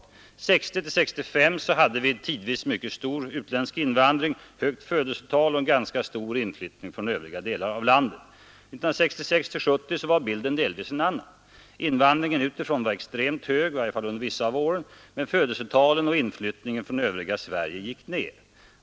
Åren 1960—1965 hade vi tidvis en mycket stor utländsk invandring, ett högt födelsetal och en ganska stor inflyttning från övriga delar av landet. Åren 1966—1970 var bilden delvis en annan. Invandringen utifrån var extremt hög, i varje fall under vissa av åren, men födelsetalet och inflyttningen från övriga Sverige gick ned.